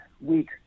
week